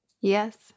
Yes